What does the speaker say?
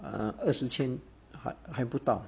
err 二十千 err 还不到